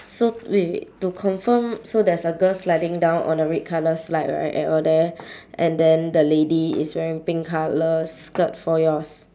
so wait wait to confirm so there's a girl sliding down on a red colour slide right at over there and then the lady is wearing pink colour skirt for yours